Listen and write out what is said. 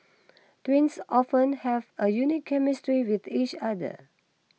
twins often have a unique chemistry with each other